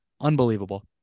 Unbelievable